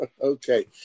Okay